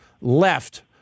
left